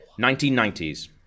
1990s